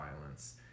violence